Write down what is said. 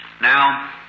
Now